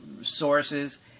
sources